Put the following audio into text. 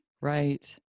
Right